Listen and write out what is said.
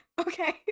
okay